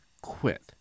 quit